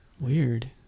weird